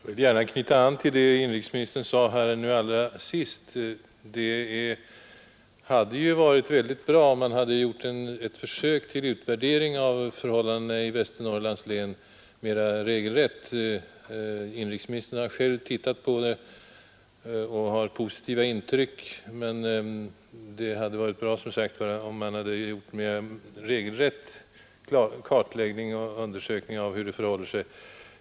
Fru talman! Jag vill gärna knyta an till vad inrikesministern sade allra sist. Det hade ju varit bra, om man hade gjort ett försök till mera regelrätt utvärdering av erfarenheterna i Västernorrlands län. Inrikesministern har själv tittat på arbetslagen där och har positiva intryck, men det hade som sagt varit bra om man hade mera regelrätt gjort en kartläggning av hur det förhåller sig.